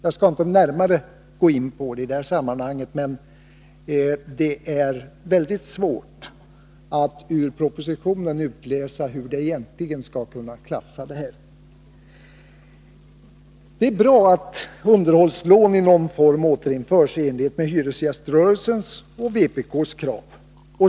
Jag skall inte närmare gå in på frågan i det här sammanhanget, men det är mycket svårt att ur propositionen utläsa hur det hela egentligen skall kunna klaffa. Det är bra att underhållslån i någon form återinförs i enlighet med hyresgäströrelsens och vpk:s krav.